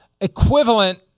equivalent